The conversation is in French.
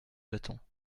battants